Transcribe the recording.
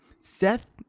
Seth